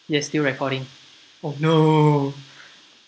yes new recording oh no